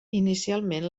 inicialment